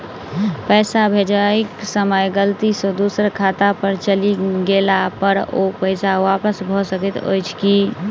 पैसा भेजय समय गलती सँ दोसर खाता पर चलि गेला पर ओ पैसा वापस भऽ सकैत अछि की?